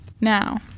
Now